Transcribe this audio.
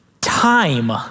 time